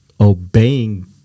Obeying